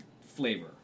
flavor